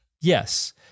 Yes